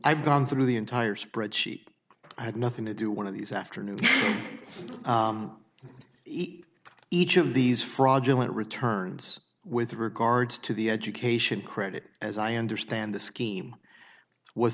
i've gone through the entire spreadsheet i had nothing to do one of these afternoon each of these fraudulent returns with regards to the education credit as i understand the scheme was